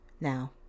now